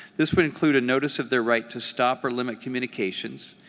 this would include a notice of their right to stop or limit communications,